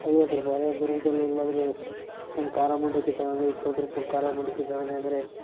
ಐವತ್ತು ರೂಪಾಯಿ ಅದೇ ದುರ್ಗ್ದಲ್ಲಿ ಎಲ್ಲಾದರೂ ಒಂದು ಖಾರ ಮಂಡಕ್ಕಿ ತಗಂಡ್ರೆ ಇಪ್ಪತ್ತು ರೂಪಾಯಿ ಖಾರ ಮಂಡಕ್ಕಿ ತಗಂಡ್ವಿ ಅಂದರೆ